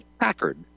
Packard